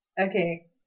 Okay